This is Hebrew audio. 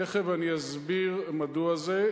תיכף אני אסביר מדוע זה,